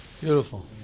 Beautiful